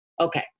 Okay